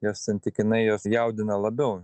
jos santykinai juos jaudina labiau